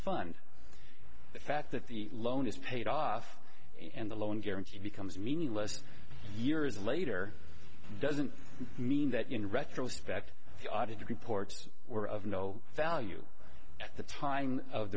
fund the fact that the loan is paid off and the loan guarantee becomes meaningless years later doesn't mean that in retrospect the auditor reports were of no value at the time of